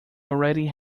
already